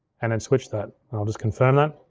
and then switch that. and i'll just confirm that.